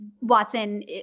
Watson